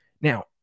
Now